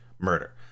murder